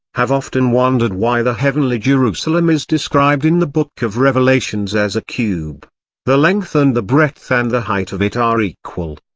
have often wondered why the heavenly jerusalem is described in the book of revelations as a cube the length and the breadth and the height of it are equal.